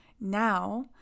now